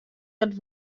dat